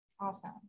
Awesome